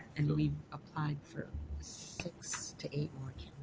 and we applied for six to eight more